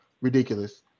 ridiculous